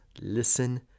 Listen